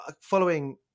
following